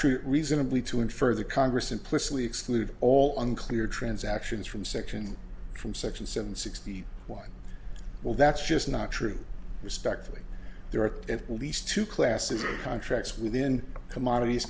true reasonably to infer the congress implicitly exclude all unclear transactions from section from section seven sixty one well that's just not true respectfully there are at least two classes of contracts within commodities